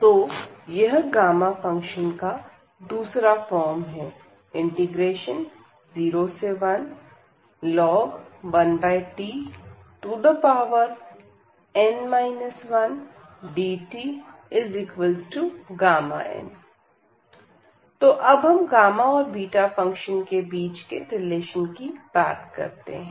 तो यह gamma function का दूसरा फॉर्म है 01 1t n 1dtΓ तो अब हम गामा और बीटा फंक्शन के बीच के रिलेशन की बात करते हैं